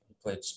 played